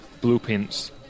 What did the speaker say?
blueprints